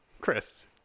Chris